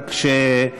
זנדברג על שהתערבתי.